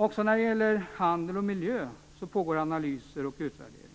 Också när det gäller handel och miljö pågår analyser och utvärderingar.